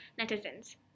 netizens